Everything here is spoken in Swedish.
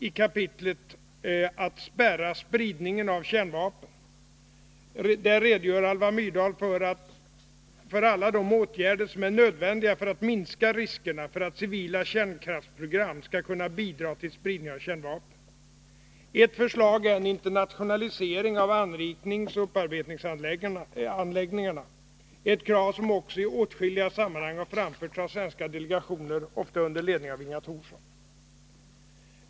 I kapitlet Att spärra spridningen av kärnvapen redogör Alva Myrdal för alla de åtgärder som är nödvändiga för att minska riskerna för att civila kärnkraftsprogram skall kunna bidra till spridning av kärnvapen. Ett förslag är en internationalisering av anrikningsoch upparbetningsanläggningarna, ett krav som också i åtskilliga sammanhang har framförts av svenska delegationer, ofta under ledning av Inga Thorsson.